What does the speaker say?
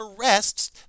arrests